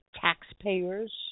taxpayers